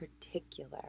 particular